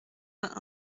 vingt